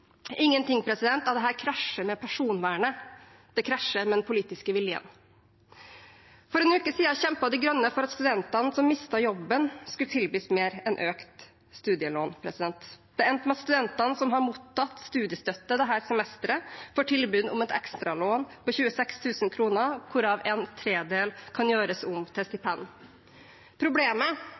Ingenting av dette krasjer med personvernet, det krasjer med den politiske viljen. For en uke siden kjempet De Grønne for at studentene som mistet jobben, skulle tilbys mer enn økt studielån. Det endte med at studentene som har mottatt studiestøtte dette semesteret, får tilbud om et ekstralån på 26 000 kr, hvorav en tredel kan gjøres om til stipend. Problemet